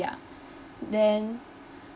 yeah then